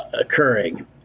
occurring